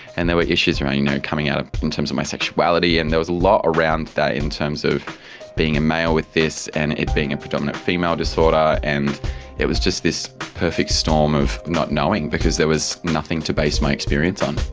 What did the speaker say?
and there were issues around you know coming out in terms of my sexuality and there was a lot around that in terms of being a male with this and it being a predominant female disorder, and it was just this perfect storm of not knowing because there was nothing to base my experience on.